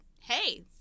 hey